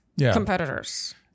competitors